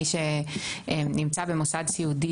מי שנמצא במוסד סיעודי,